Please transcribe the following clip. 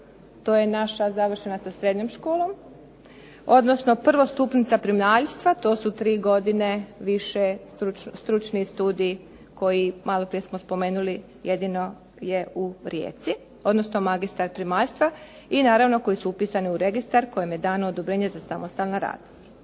se./… završena sa srednjom školom, odnosno prvostupnica primaljstva, to su tri godine više, stručni studij koji maloprije smo spomenuli jedino je u Rijeci, odnosno magistar primaljstva, i naravno koji su upisani registar kojim je dano odobrenje za samostalan rad.